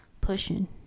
pushing